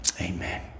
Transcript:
Amen